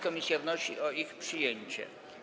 Komisja wnosi o ich przyjęcie.